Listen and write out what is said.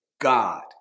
God